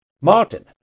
Martin